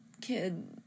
kid